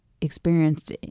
experienced